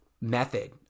method